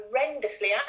horrendously